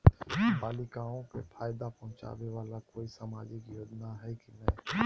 बालिकाओं के फ़ायदा पहुँचाबे वाला कोई सामाजिक योजना हइ की नय?